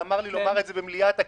אם אתם זוכרים, במסגרת אחד הדיונים,